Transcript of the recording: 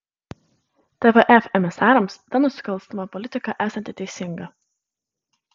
tvf emisarams ta nusikalstama politika esanti teisinga